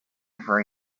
for